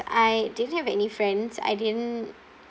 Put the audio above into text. I didn't have any friends I didn't